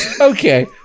Okay